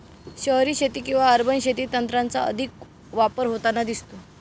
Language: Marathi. शहरी शेती किंवा अर्बन शेतीत तंत्राचा अधिक वापर होताना दिसतो